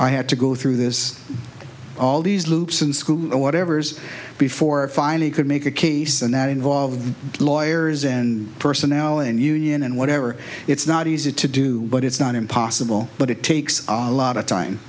i had to go through this all these loops in school or whatever's before finally could make a case and that involved lawyers and personnel and union and whatever it's not easy to do but it's not impossible but it takes a lot of time